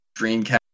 dreamcast